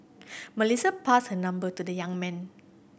Melissa passed her number to the young man